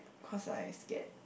cause I scared